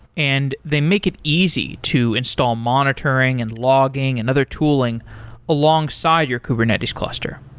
and they make it easy to install monitoring and logging and other tooling alongside your kubernetes cluster.